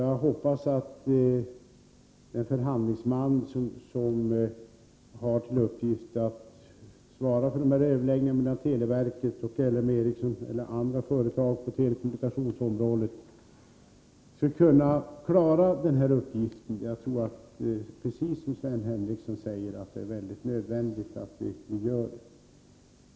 Jag hoppas att den förhandlingsman som har till uppgift att svara för överläggningarna mellan televerket och LM Ericsson och andra företag inom telekommunikationsområdet skall klara uppgiften. Jag tror, precis som Sven Henricsson säger, att detta är nödvändigt att klara av.